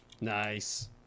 Nice